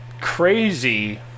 crazy